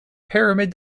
pyramid